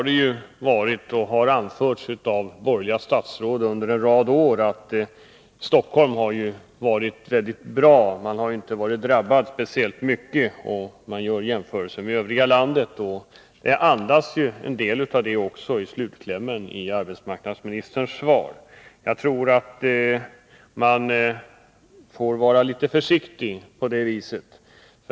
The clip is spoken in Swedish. Det har av borgerliga statsråd under en rad år anförts att Stockholm inte varit särskilt drabbat av arbetsmarknadsproblem om man jämför med övriga landet. Något liknande andas också slutklämmen i arbetsmarknadsministerns svar. Jag tror att man får vara litet försiktig med sådana slutsatser.